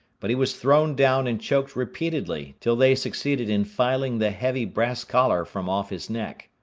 but he was thrown down and choked repeatedly, till they succeeded in filing the heavy brass collar from off his neck.